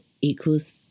equals